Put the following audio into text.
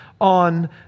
on